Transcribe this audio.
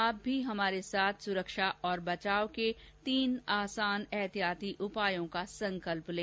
आप भी हमारे साथ सुरक्षा और बचाव के तीन आसान एहतियाती उपायों का संकल्प लें